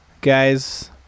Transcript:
Guys